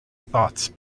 thoughts